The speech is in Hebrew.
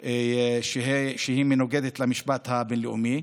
וכמנוגדות למשפט הבין-לאומי.